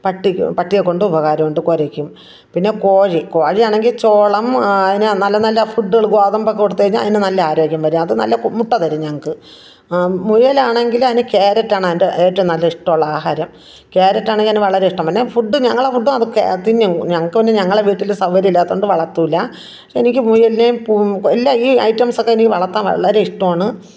പട്ടിക്ക് പട്ടിയെ കൊണ്ട് ഉപകാരമുണ്ട് കുരയ്ക്കും പിന്നെ കോഴി കോഴിയാണെങ്കിൽ ചോളം അതിനു നല്ല നല്ല ഫുഡ്ഡുകൾ ഗോതമ്പൊക്കെ കൊടുത്തു കഴിഞ്ഞാൽ അതിനു നല്ല ആരോഗ്യം വരും അതു നല്ല മുട്ട തരും ഞങ്ങൾക്ക് മുയലാണെങ്കിൽ അതിനു ക്യാരറ്റാണ് അതിന് ഏറ്റവും നല്ല ഇഷ്ടമുള്ള ആഹാരം ക്യാരറ്റാണെങ്കിൽ അതിനു വളരെ ഇഷ്ടം പിന്നെ ഫുഡ് ഞങ്ങളുടെ ഫുഡ്ഡും അതു തിന്നും ഞങ്ങൾക്ക് പിന്നെ ഞങ്ങളുടെ വീട്ടിൽ സൗകര്യമല്ലാത്തതു കൊണ്ട് വളർത്തില്ലാ പക്ഷെ എനിക്ക് മുയലിനെയും പു ഈ ഐറ്റംസൊക്കെ എനിക്ക് വളർത്താൻ വളരെ ഇഷ്ടമാണ്